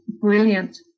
brilliant